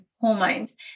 hormones